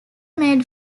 made